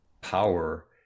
power